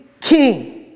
king